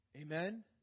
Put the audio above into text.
Amen